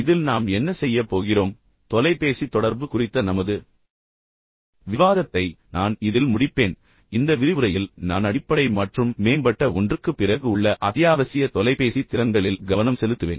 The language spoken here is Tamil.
இதில் நாம் என்ன செய்யப் போகிறோம் தொலைபேசி தொடர்பு குறித்த நமது விவாதத்தை நான் இதில் முடிப்பேன் இந்த விரிவுரையில் நான் அடிப்படை மற்றும் மேம்பட்ட ஒன்றுக்குப் பிறகு உள்ள அத்யாவசிய தொலைபேசி திறன்களில் கவனம் செலுத்துவேன்